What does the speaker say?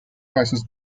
prices